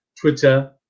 Twitter